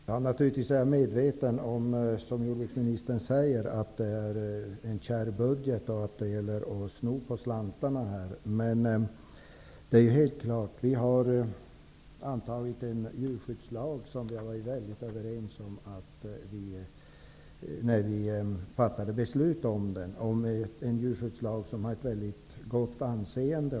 Herr talman! Jag är naturligtvis medveten om det som jordbruksministern säger, nämligen att det är en kärv budget och att det gäller att vända på slantarna. När beslut fattades om en ny djurskyddslag var vi helt överens. Djurskyddslagen har också ett gott anseende.